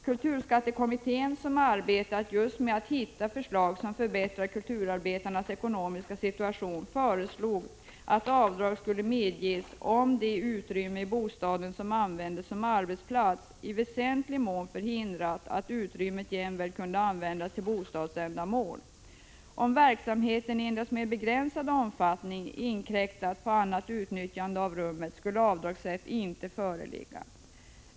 Kulturskattekommittén, som arbetat just med att hitta förslag som förbättrar kulturarbetarnas ekonomiska situation, föreslog att avdrag skulle medges om det utrymme i bostaden som användes som arbetsplats i väsentlig mån förhindrat att utrymmet jämväl kunde användas till bostadsändmål. Om verksamhet i endast mer begränsad omfattning inkräktat på annat utnyttjande av rummet skulle avdragsrätt inte föreligga.